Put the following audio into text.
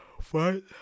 fight